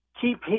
keep